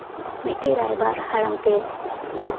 ᱢᱤᱫᱴᱤᱡ ᱨᱟᱭᱵᱟᱨ ᱦᱟᱲᱟᱢ ᱛᱮ